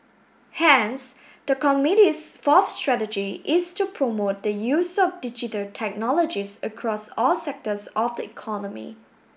hence the committee's fourth strategy is to promote the use of digital technologies across all sectors of the economy